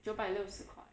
九百六十块